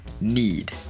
Need